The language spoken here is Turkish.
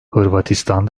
hırvatistan